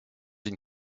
une